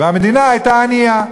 והמדינה הייתה ענייה.